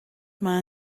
man